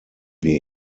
wir